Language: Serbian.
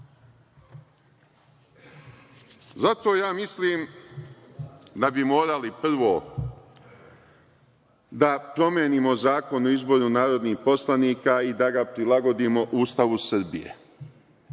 putem. Zato mislim da bi morali prvo da promenimo Zakon o izboru narodnih poslanika i da ga prilagodimo Ustavu Srbije,